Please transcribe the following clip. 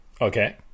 okay